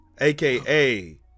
aka